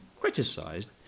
criticised